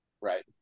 right